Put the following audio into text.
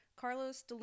Carlos